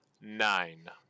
nine